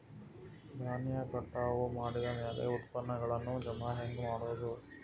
ಧಾನ್ಯ ಕಟಾವು ಮಾಡಿದ ಮ್ಯಾಲೆ ಉತ್ಪನ್ನಗಳನ್ನು ಜಮಾ ಹೆಂಗ ಮಾಡೋದು?